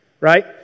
right